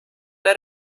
let